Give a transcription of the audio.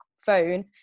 phone